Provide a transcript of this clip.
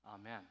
amen